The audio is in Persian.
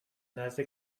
نزد